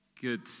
Good